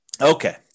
Okay